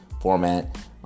format